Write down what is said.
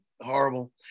horrible